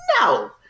No